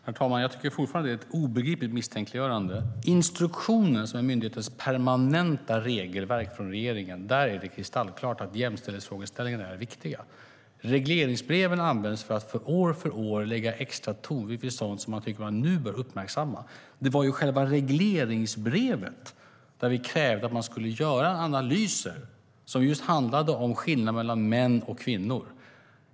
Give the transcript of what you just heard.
Herr talman! Jag tycker fortfarande att det är ett obegripligt misstänkliggörande. I den instruktion som är myndighetens permanenta regelverk från regeringen är det kristallklart att jämställdhetsfrågeställningar är viktiga. Regleringsbreven används för att år för år lägga extra tonvikt vid sådant man tycker bör uppmärksammas nu. Det var i själva regleringsbrevet vi krävde att man skulle göra analyser om just skillnaderna mellan män och kvinnor.